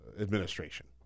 administration